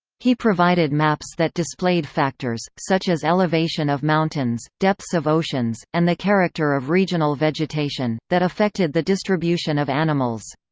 he provided maps that displayed factors, such as elevation of mountains, depths of oceans, and the character of regional vegetation, that affected the distribution of animals.